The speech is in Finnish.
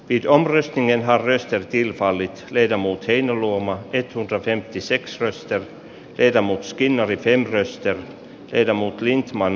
idols hengen hares ja kilpaili meitä eero heinäluoma etukäteen ti seitsemästä keitä muut skinnari genrestä tehdä muutkin maan